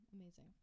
amazing